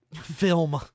film